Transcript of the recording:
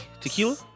Tequila